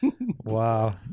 Wow